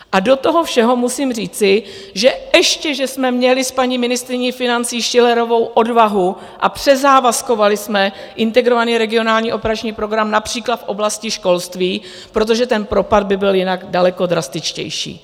A do toho všeho musím říci, ještě že jsme měli s paní ministryní financí Schillerovou odvahu a přezávazkovali jsme Integrovaný regionální operační program například v oblasti školství, protože ten propad by byl jinak daleko drastičtější.